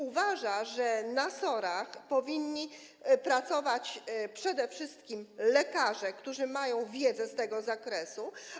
Uważa, że w SOR-ach powinni pracować przede wszystkim lekarze, którzy mają wiedzę z tego zakresu.